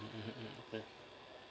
mm